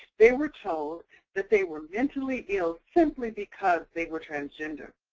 they were told that they were mentally ill simply because they were transgender,